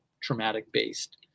traumatic-based